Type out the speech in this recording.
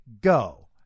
go